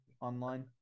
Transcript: online